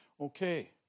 Okay